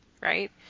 Right